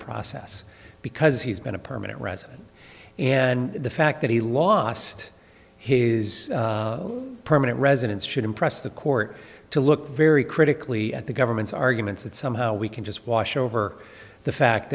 process because he's going to permanent resident and the fact that he lost his permanent residence should impress the court to look very critically at the government's arguments that somehow we can just wash over the fact